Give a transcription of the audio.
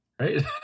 Right